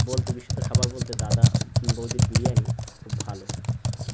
বলতে বিশুদ্ধ খাবার বলতে দাদা বৌদির বিরিয়ানি খুব ভালো